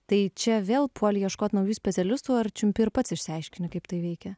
tai čia vėl puoli ieškot naujų specialistų ar čiumpi ir pats išsiaiškini kaip tai veikia